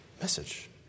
message